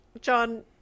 john